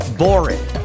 boring